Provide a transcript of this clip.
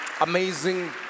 Amazing